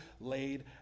laid